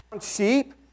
sheep